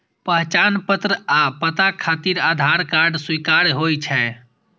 पहचान पत्र आ पता खातिर आधार कार्ड स्वीकार्य होइ छै